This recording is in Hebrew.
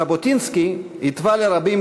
ז'בוטינסקי התווה לרבים,